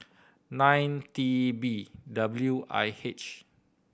nine T B W I H